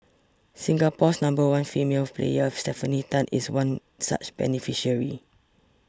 Singapore's number one female player Stefanie Tan is one such beneficiary